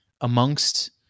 amongst